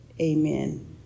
Amen